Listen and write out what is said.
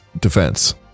defense